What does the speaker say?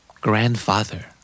Grandfather